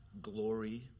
glory